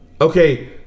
Okay